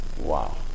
Wow